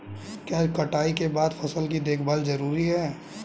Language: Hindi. क्या कटाई के बाद फसल की देखभाल जरूरी है?